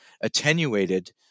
attenuated